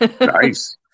Nice